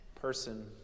person